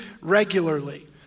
regularly